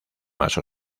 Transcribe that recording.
más